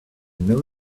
know